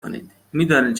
کنین، میدانید